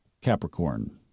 Capricorn